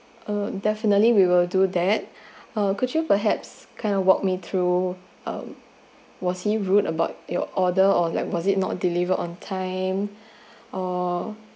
oh definitely we will do that uh could you perhaps kind of walk me through um was he rude about your order or was it not deliver on time uh